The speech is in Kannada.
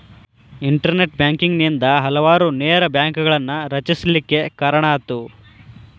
ಇನ್ಟರ್ನೆಟ್ ಬ್ಯಾಂಕಿಂಗ್ ನಿಂದಾ ಹಲವಾರು ನೇರ ಬ್ಯಾಂಕ್ಗಳನ್ನ ರಚಿಸ್ಲಿಕ್ಕೆ ಕಾರಣಾತು